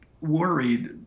worried